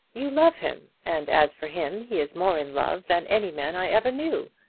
you love him and as for him, he is more in love than any man i ever knew.